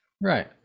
Right